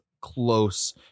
close